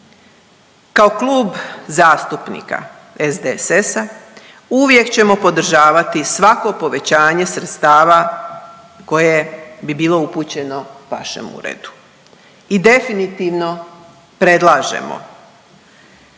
Kao Klub zastupnika SDSS-a uvijek ćemo podržavati svako povećanje sredstava koje bi bilo upućeno vašem uredu i definitivno predlažemo